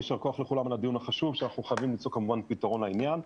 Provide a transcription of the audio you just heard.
יישר כח לכולם על הדיון החשוב שאנחנו חייבים למצוא כמובן פתרון לעניין.